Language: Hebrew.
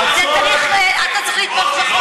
אתה צריך לתמוך בחוק הזה.